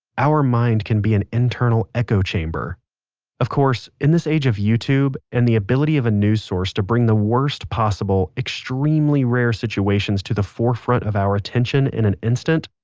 our mind can be an internal echo-chamber of course, in this age of youtube, and the ability of a news source to bring the worst possible, extremely rare situations to the forefront of our attention in an instant.